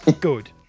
good